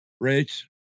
Rich